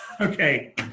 Okay